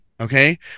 okay